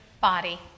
body